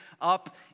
up